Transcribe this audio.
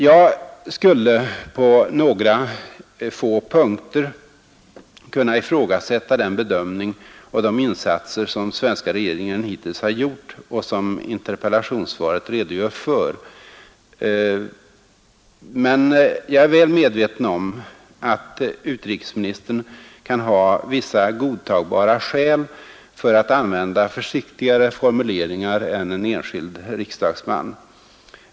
Jag skulle på några få punkter kunna ifrågasätta den bedömning och de insatser som svenska regeringen hittills har gjort och som interpellationssvaret redogör för. Men jag är väl medveten om att utrikesministern kan ha vissa godtagbara skäl för att använda försiktigare formuleringar än en enskild riksdagsman.